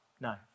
No